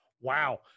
Wow